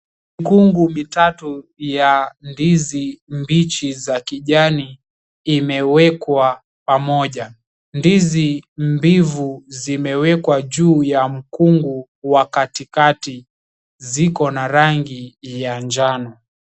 Mikungu mitatu ya ndizi mbichi za kijani imewekwa pamoja. Ndizi mbivu zimewekwa juu ya mkungu wa katikati. Ziko na rangi ya njano.